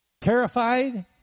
terrified